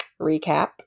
recap